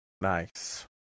Nice